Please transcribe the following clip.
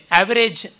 average